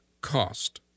cost